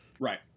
right